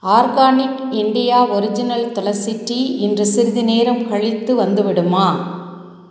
organic India original tulsi tea இன்று சிறிது நேரம் கழித்து வந்துவிடுமா